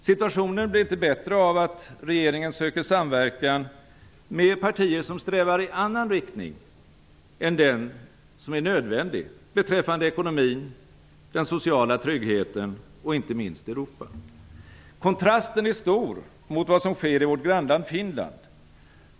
Situationen blir inte bättre av att regeringen söker samverkan med partier som strävar i en annan riktning än den som är nödvändig beträffande ekonomin, den sociala tryggheten och inte minst Europa. Kontrasten är stor mot det som sker i vårt grannland Finland.